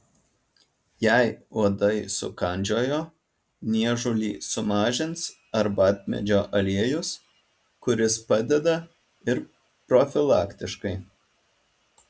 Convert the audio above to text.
jei uodai sukandžiojo niežulį sumažins arbatmedžio aliejus kuris padeda ir profilaktiškai